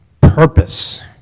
purpose